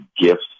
gifts